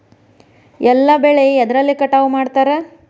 ಎಲ್ಲ ಬೆಳೆ ಎದ್ರಲೆ ಕಟಾವು ಮಾಡ್ತಾರ್?